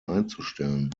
einzustellen